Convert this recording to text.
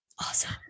awesome